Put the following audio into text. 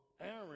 Aaron